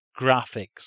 graphics